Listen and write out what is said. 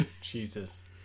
Jesus